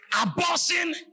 abortion